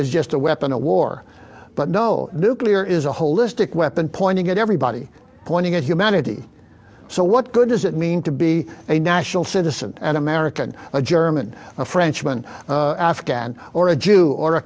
is just a weapon of war but no nuclear is a holistic weapon pointing at everybody pointing at humanity so what good does it mean to be a national citizen an american a german a frenchman afghan or a jew or a